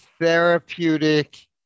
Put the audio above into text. Therapeutic